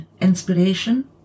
inspiration